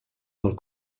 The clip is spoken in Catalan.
del